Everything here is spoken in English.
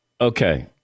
Okay